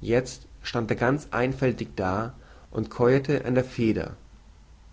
jezt stand er ganz einfältig da und käuete an der feder